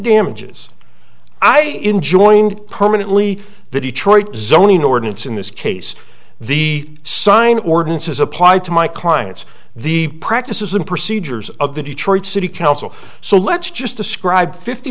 damages i enjoin permanently the detroit zoning ordinance in this case the sign ordinance is applied to my clients the practices and procedures of the detroit city council so let's just describe fifty